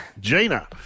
Gina